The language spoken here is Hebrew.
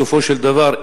בסופו של דבר,